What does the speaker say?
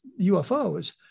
UFOs